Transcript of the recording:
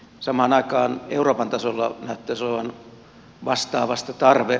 samaan aikaan euroopan tasolla näyttäisi olevan vastaavasta tarve